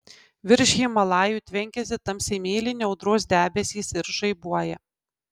virš himalajų tvenkiasi tamsiai mėlyni audros debesys ir žaibuoja